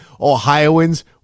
Ohioans